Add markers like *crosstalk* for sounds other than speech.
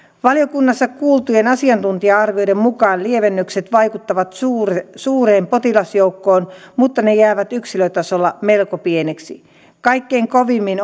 valiokunnassa kuultujen asiantuntija arvioiden mukaan lievennykset vaikuttavat suureen suureen potilasjoukkoon mutta ne jäävät yksilötasolla melko pieniksi kaikkein kovimmin *unintelligible*